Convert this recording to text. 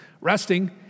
resting